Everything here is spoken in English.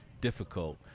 difficult